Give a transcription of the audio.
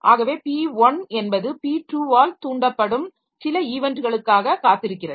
ஆகவே p1 என்பது p2 ஆல் தூண்டப்படும் சில ஈவென்ட்களுக்காகக் காத்திருக்கிறது